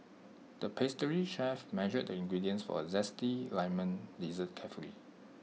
the pastry chef measured the ingredients for A Zesty Lemon Dessert carefully